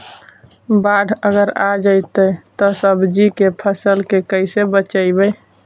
बाढ़ अगर आ जैतै त सब्जी के फ़सल के कैसे बचइबै?